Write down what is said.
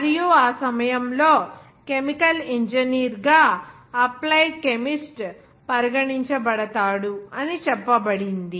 మరియు ఆ సమయంలో కెమికల్ ఇంజనీర్గా అప్లైడ్ కెమిస్ట్ పరిగణించబడతాడు అని చెప్పబడింది